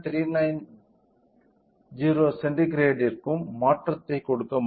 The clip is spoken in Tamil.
390 சென்டிகிரேடிற்கும் மாற்றத்தை கொடுக்க முடியும்